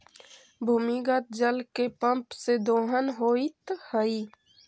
भूमिगत जल के पम्प से दोहन होइत हई